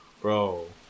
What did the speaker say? Bro